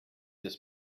this